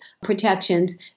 protections